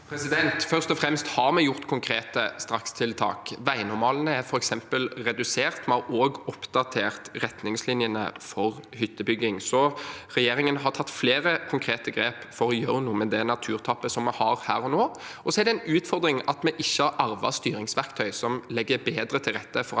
Først og fremst: Vi har gjort konkrete strakstiltak. For eksempel er veinormalene blitt redusert, vi har også oppdatert retningslinjene for hyttebygging. Så regjeringen har tatt flere konkrete grep for å gjøre noe med det naturtapet vi har her og nå. Så er det en utfordring at vi ikke har arvet styringsverktøy som legger bedre til rette for